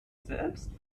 selbst